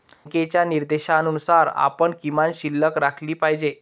बँकेच्या निर्देशानुसार आपण किमान शिल्लक राखली पाहिजे